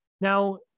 Now